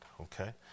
okay